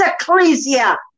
ecclesia